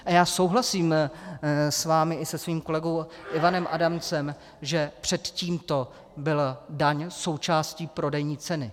A já souhlasím s vámi i se svým kolegou Ivanem Adamcem, že před tímto byla daň součástí prodejní ceny.